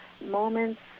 moments